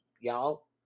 y'all